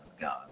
God